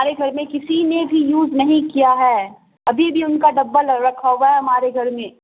ہمارے گھر میں کسی نے بھی یوز نہیں کیا ہے ابھی بھی ان کا ڈبہ رکھا ہوا ہے ہمارے گھر میں